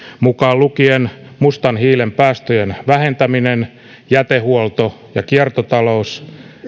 mukaan lukien mustan hiilen päästöjen vähentäminen jätehuolto ja kiertotalous